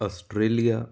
Australia